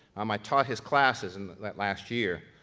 um i taught his classes in that last year,